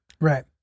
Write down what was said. Right